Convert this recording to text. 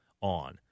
on